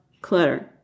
clutter